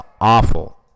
awful